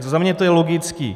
Za mě to je logické.